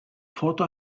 photo